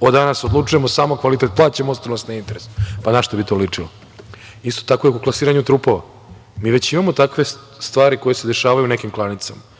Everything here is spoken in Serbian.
od danas odlučujemo, samo kvalitet plaćamo, ostalo nas ne interesuje. Na šta bi to ličilo? Isto tako je i oko klasiranja trupova. Mi već imamo takve stvari koje se dešavaju u nekim klanicama,